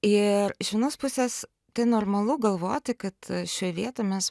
ir iš vienos pusės tai normalu galvoti kad šioj vietoj mes